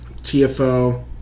TFO